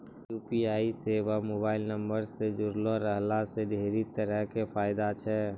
UPI सेबा mobile नंबरो से जुड़लो रहला से ढेरी तरहो के फायदा छै